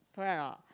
correct or not